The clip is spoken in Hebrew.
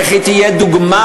איך היא תהיה דוגמה,